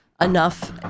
enough